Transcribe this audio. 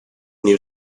new